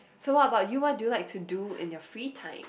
so what about you what do you like to do in your free time